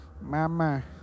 Mama